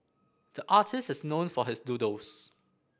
the artist is known for his doodles